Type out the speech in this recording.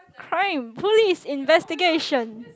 crime police investigation